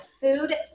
food